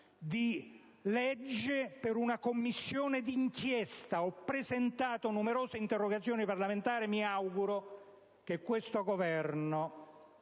di legge per istituire una Commissione d'inchiesta e ho presentato numerose interrogazioni parlamentari. Mi auguro che questo Governo,